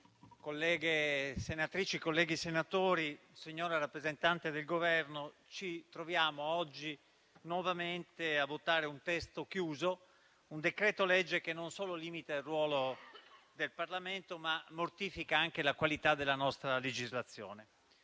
colleghe senatrici, colleghi senatori, signora rappresentante del Governo, ci troviamo oggi nuovamente a votare un testo chiuso, un decreto-legge che non solo limita il ruolo del Parlamento, ma mortifica anche la qualità della nostra legislazione.